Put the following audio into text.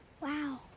Wow